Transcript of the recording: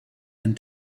and